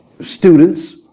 students